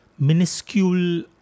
minuscule